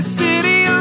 city